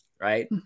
right